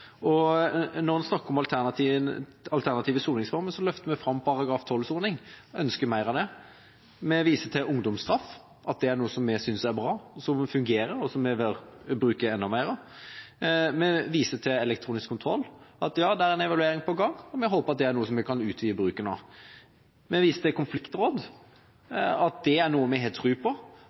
Når en snakker om alternative soningsformer, løfter vi fram § 12-soning – vi ønsker mer av det. Vi viser til ungdomsstraff. Det er noe vi synes er bra, som fungerer og som vi bør bruke enda mer av. Vi viser til elektronisk kontroll. Det er en evaluering på gang, og vi håper det er noe vi kan utvide bruken av. Vi viser til konfliktråd. Det er noe vi har tro på,